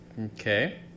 Okay